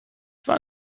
war